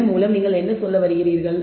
இதன் மூலம் நீங்கள் என்ன சொல்கிறீர்கள்